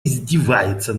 издевается